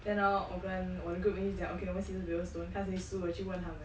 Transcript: then hor 我跟我的 groupmates 就讲 okay 我们 scissors paper stone 看谁输了去问他们